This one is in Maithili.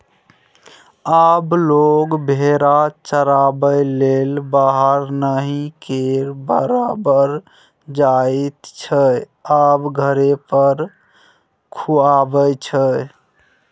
आब लोक भेरा चराबैलेल बाहर नहि केर बराबर जाइत छै आब घरे पर खुआबै छै